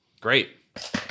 great